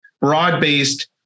broad-based